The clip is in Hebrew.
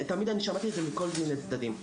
תמיד אני שמעתי את זה מכל מיני צדדים,